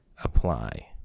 apply